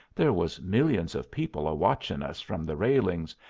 there was millions of people a-watching us from the railings,